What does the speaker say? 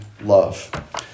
love